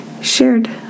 shared